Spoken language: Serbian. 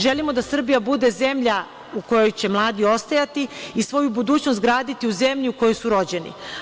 Želimo da Srbija bude zemlja u kojoj će mladi ostajati i svoju budućnost graditi u zemlji u kojoj su rođeni.